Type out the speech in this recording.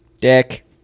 Dick